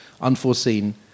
unforeseen